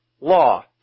law